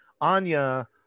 Anya